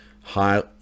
high